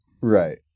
Right